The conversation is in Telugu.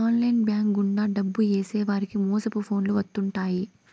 ఆన్లైన్ బ్యాంక్ గుండా డబ్బు ఏసేవారికి మోసపు ఫోన్లు వత్తుంటాయి